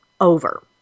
over